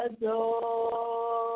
adore